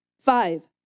Five